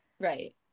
right